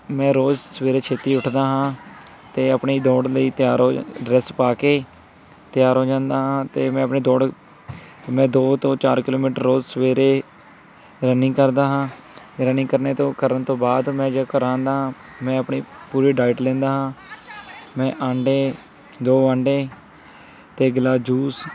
ਮੈਂ ਰੋਜ਼ ਸਵੇਰੇ ਛੇਤੀ ਉੱਠਦਾ ਹਾਂ ਅਤੇ ਆਪਣੀ ਦੌੜ ਲਈ ਤਿਆਰ ਹੋ ਡਰੈੱਸ ਪਾ ਕੇ ਤਿਆਰ ਹੋ ਜਾਂਦਾ ਹਾਂ ਅਤੇ ਮੈਂ ਆਪਣੀ ਦੌੜ ਮੈਂ ਦੋ ਤੋਂ ਚਾਰ ਕਿੱਲੋਮੀਟਰ ਰੋਜ਼ ਸਵੇਰੇ ਰਨਿੰਗ ਕਰਦਾ ਹਾਂ ਰਨਿੰਗ ਕਰਨ ਤੋਂ ਕਰਨ ਤੋਂ ਬਾਅਦ ਮੈਂ ਜੇ ਘਰ ਆਉਂਦਾ ਹਾਂ ਮੈਂ ਆਪਣੀ ਪੂਰੀ ਡਾਈਟ ਲੈਂਦਾ ਹਾਂ ਮੈਂ ਆਂਡੇ ਦੋ ਆਂਡੇ ਅਤੇ ਇੱਕ ਗਿਲਾਸ ਜੂਸ